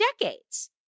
decades